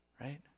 right